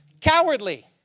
cowardly